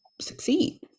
succeed